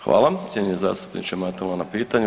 Hvala, cijenjeni zastupniče Matula na pitanju.